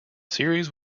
series